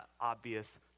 obvious